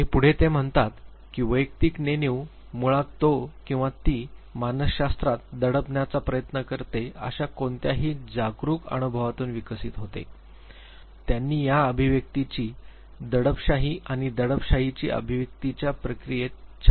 आणि पुढे ते म्हणतात की वैयक्तिक नेणीव मुळात तो किंवा ती मानसशास्त्रात दडपण्याचा प्रयत्न करते अशा कोणत्याही जागरूक अनुभवातून विकसित होते त्यांनी या अभिव्यक्तीची दडपशाही आणि दडपशाहीची अभिव्यक्तीच्या प्रक्रियेचे छान वर्णन केले आहे